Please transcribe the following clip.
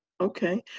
Okay